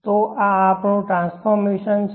તો આ આપણું ટ્રાન્સફોર્મેશનછે